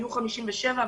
היו 57,